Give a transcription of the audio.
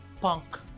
punk